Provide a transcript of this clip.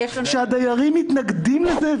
שהדיירים מתנגדים לזה.